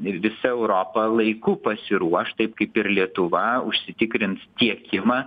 visa europa laiku pasiruoš taip kaip ir lietuva užsitikrins tiekimą